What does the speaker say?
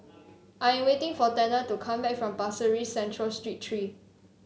I am waiting for Tanner to come back from Pasir Ris Central Street Three